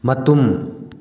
ꯃꯇꯨꯝ